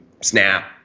snap